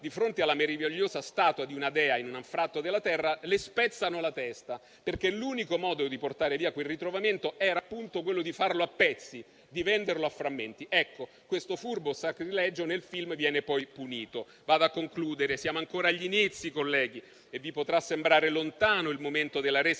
di fronte alla meravigliosa statua di una dea in un anfratto della terra, le spezzano la testa, perché l'unico modo di portare via quel ritrovamento era quello di farlo a pezzi e venderlo a frammenti. Ecco, questo furbo sacrilegio nel film viene poi punito. In conclusione, colleghi, siamo ancora agli inizi e vi potrà sembrare lontano il momento della resa